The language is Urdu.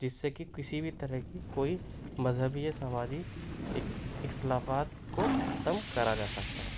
جس سے کہ کسی بھی طرح کی کوئی مذہبی یا سماجی اختلافات کو ختم کرا جا سکتا ہے